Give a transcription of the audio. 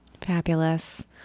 Fabulous